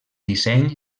disseny